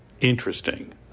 interesting